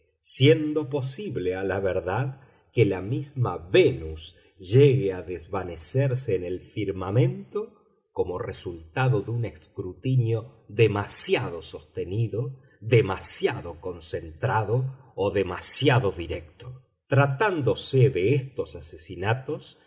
siendo posible a la verdad que la misma venus llegue a desvanecerse en el firmamento como resultado de un escrutinio demasiado sostenido demasiado concentrado o demasiado directo tratándose de estos asesinatos